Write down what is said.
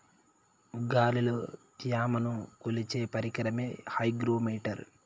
గాలిలో త్యమను కొలిచే పరికరమే హైగ్రో మిటర్